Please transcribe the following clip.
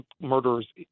murderers